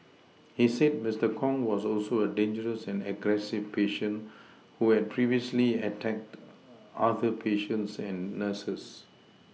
he said Mister Kong was also a dangerous and aggressive patient who had previously attacked other patients and nurses